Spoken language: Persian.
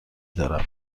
دارم